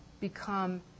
become